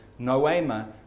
Noema